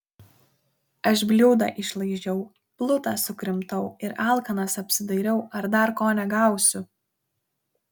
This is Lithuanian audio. aš bliūdą išlaižiau plutą sukrimtau ir alkanas apsidairiau ar dar ko negausiu